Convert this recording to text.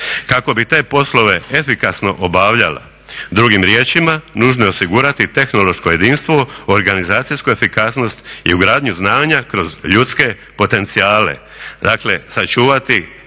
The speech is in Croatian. kako bi te poslove efikasno obavljala. Drugim riječima, nužno je osigurati tehnološko jedinstvo, organizacijsku efikasnost i ugradnju znanja kroz ljudske potencijale. Dakle, sačuvati